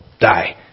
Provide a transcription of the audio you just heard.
die